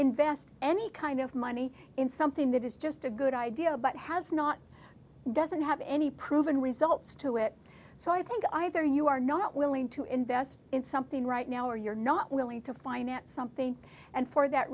invest any kind of money in something that is just a good idea but has not doesn't have any proven results to it so i think either you are not willing to invest in something right now or you're not willing to finance something and for that